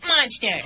monster